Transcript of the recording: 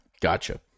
gotcha